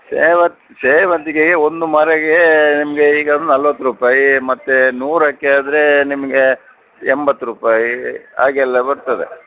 ಸೇವಂತಿ ಸೇವಂತಿಗೆ ಒಂದು ಮಾರಿಗೆ ನಿಮಗೆ ಈಗ ಅಂದು ನಲ್ವತ್ತು ರೂಪಾಯಿ ಮತ್ತೆ ನೂರಕ್ಕೆ ಆದರೆ ನಿಮಗೆ ಎಂಬತ್ತು ರೂಪಾಯಿ ಆಗೆಲ್ಲ ಬರ್ತದೆ